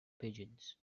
pigeons